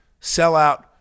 sellout